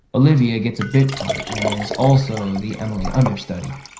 olivia gets a bit part and is also the emily understudy.